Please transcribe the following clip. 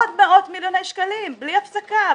עוד מאות מיליוני שקלים בלי הפסקה,